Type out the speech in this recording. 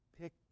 Pick